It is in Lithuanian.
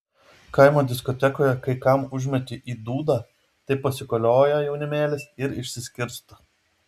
kaimo diskotekoje kai kam užmeti į dūdą tai pasikolioja jaunimėlis ir išsiskirsto